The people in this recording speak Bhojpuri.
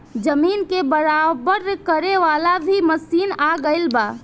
जमीन के बराबर करे वाला भी मशीन आ गएल बा